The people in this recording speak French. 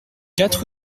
quatre